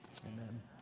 amen